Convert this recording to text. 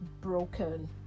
broken